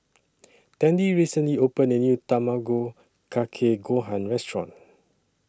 Tandy recently opened A New Tamago Kake Gohan Restaurant